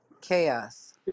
Chaos